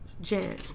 Jen